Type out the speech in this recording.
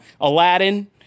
Aladdin